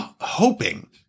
hoping